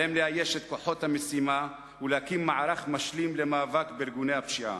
עליהם לאייש את כוחות המשימה ולהקים מערך משלים למאבק בארגוני הפשיעה,